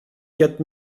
quatre